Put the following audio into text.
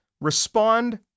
Respond